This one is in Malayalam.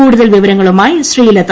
കൂടുതൽ വിവരങ്ങളുമായി ശ്രീലത